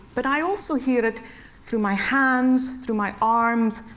but i also hear it through my hands, through my arms,